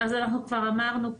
אנחנו כבר אמרנו "קאט"